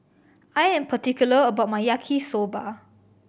I am particular about my Yaki Soba